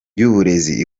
y’uburezi